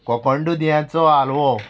कोकण दुदयाचो हाल्वो